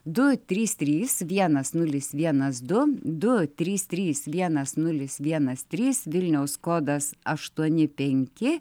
du trys trys vienas nulis vienas du du trys trys vienas nulis vienas trys vilniaus kodas aštuoni penki